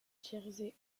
jersey